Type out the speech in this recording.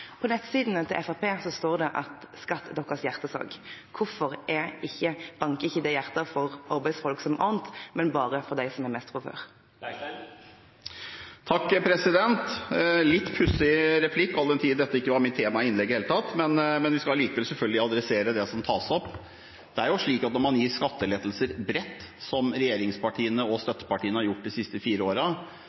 På nettsidene til Fremskrittspartiet står det at skatt er deres hjertesak. Hvorfor banker ikke det hjertet for arbeidsfolk som Arent, men bare for dem som har mest fra før? Det var en litt pussig replikk, all den tid dette ikke var mitt tema i innlegget i det hele tatt. Men man skal selvfølgelig likevel svare på det som tas opp. Det er slik at når man gir skattelettelser bredt, som regjeringspartiene og støttepartiene har gjort de siste fire